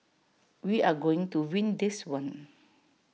we are going to win this one